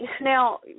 now